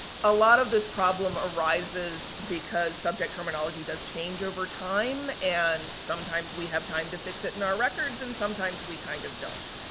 a lot of this problem arises because subject terminology does change over time. and, sometimes we have time to fix it in our records and sometimes we kind of don't.